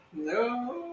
No